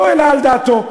לא העלה על דעתו.